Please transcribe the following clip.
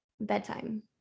bedtime